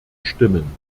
stimmen